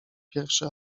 pierwszy